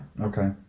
Okay